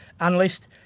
analyst